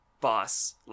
boss